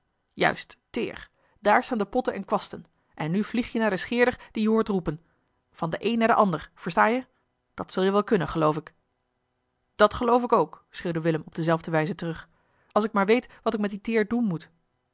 juist teer daar staan de potten en kwasten en nu vlieg je naar eli heimans willem roda den scheerder dien je hoort roepen van den een naar den ander versta je dat zul je wel kunnen geloof ik dat geloof ik ook schreeuwde willem op dezelfde wijze terug als ik maar weet wat ik met die teer doen moet